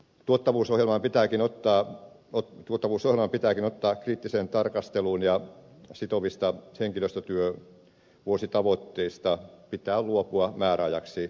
tuottavuusohjelma pitääkin ottaa kriittiseen tarkasteluun ja sitovista henkilöstötyövuositavoitteista pitää luopua määräajaksi